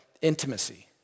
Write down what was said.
intimacy